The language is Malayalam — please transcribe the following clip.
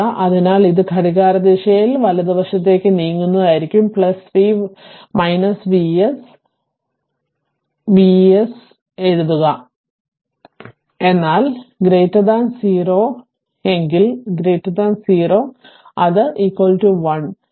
അതിനാൽ ഇത് ഘടികാരദിശയിൽ വലതുവശത്തേക്ക് നീങ്ങുന്നതായിരിക്കും v വലത് V s വലത് V s എഴുതുക എന്നാൽ കോട്ട 0 എങ്കിൽ 0 n അത് 1 വലത്